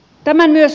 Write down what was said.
tämä myös